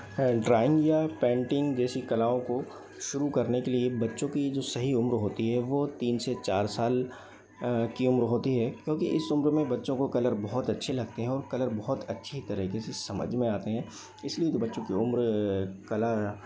drawing या painting जैसी कलाओं को शुरू करने के लिए बच्चों की जो सही उम्र होती है वो तीन से चार साल की उम्र होती है क्योंकि इस उम्र में बच्चों को कलर बहुत अच्छे लगते हैं और कलर बहुत अच्छी तरीके से समझ में आते हैं इसलिए तो बच्चों की उम्र कला